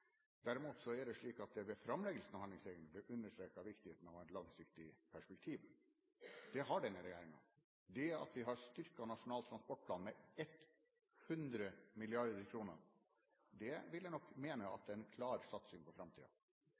Derimot er det slik at det ved framleggelsen av handlingsregelen ble understreket viktigheten av å ha et langsiktig perspektiv. Det har denne regjeringen. Det at vi har styrket Nasjonal transportplan med 100 mrd. kr, vil jeg nok mene er en klar satsing på